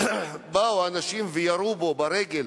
באו אנשים וירו בו ברגל,